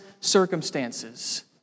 circumstances